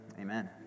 Amen